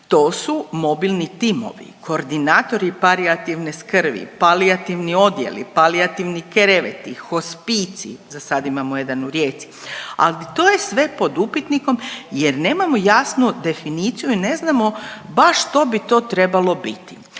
to su mobilni timovi, koordinatori palijativne skrbi, palijativni odjeli, palijativni kreveti, hospicij za sad imamo jedan u Rijeci, ali to je sve pod upitnikom jer nemamo jasnu definiciju i ne znamo baš što bi to trebalo biti.